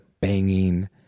banging